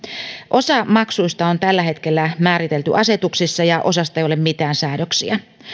osa maksuista on tällä hetkellä määritelty asetuksissa ja osasta ei ole mitään säädöksiä